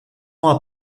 ans